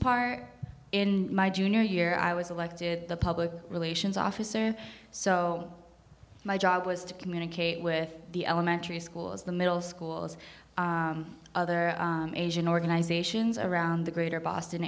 part in my junior year i was elected the public relations officer so my job was to communicate with the elementary schools the middle schools other asian organizations around the greater boston